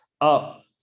up